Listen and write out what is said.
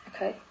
Okay